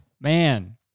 Man